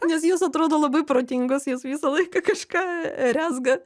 nes jos atrodo labai protingos jos visą laiką kažką rezga